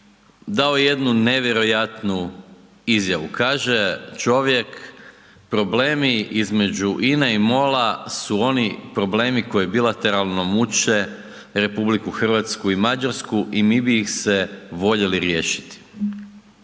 je jednu nevjerojatnu izjavu, kaže čovjek problemi između INA-e i MOL-a su oni problemi koji bilateralno muče RH i Mađarsku i mi bi ih se voljeli riješiti.